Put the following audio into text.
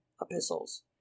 epistles